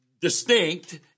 distinct